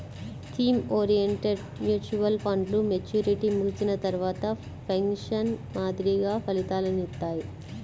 theme oriented mutual ఫండ్లు maturity ముగిసిన తర్వాత పెన్షన్ మాదిరిగా ఫలితాలనిత్తాయి